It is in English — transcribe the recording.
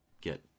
get